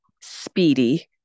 speedy